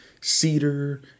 cedar